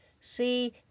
See